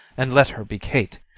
and let her be kate,